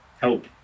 Help